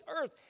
earth